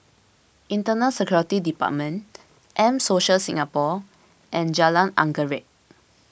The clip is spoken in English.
Internal Security Department M Social Singapore and Jalan Anggerek